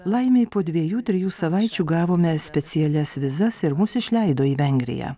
laimei po dviejų trijų savaičių gavome specialias vizas ir mus išleido į vengriją